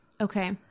Okay